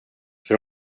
för